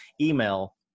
email